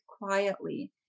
quietly